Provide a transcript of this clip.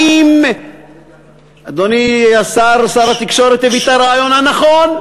האם אדוני שר התקשורת הביא את הרעיון הנכון?